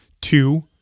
two